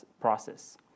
process